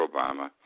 Obama